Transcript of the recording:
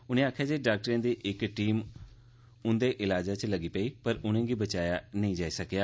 उनें आक्खेआ जे डाक्टरें दी इक टीम उंदे इलाजै च लग्गी पेई पर उनेंगी बचाया नेई जाया सकेआ